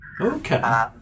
Okay